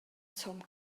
tom